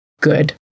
Good